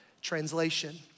Translation